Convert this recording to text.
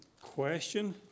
question